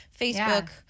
Facebook